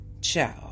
Ciao